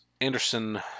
Anderson